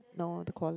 no the quali~